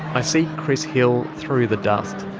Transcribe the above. i see chris hill through the dust.